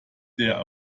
there